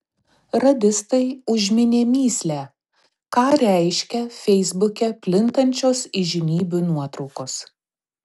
radistai užminė mįslę ką reiškia feisbuke plintančios įžymybių nuotraukos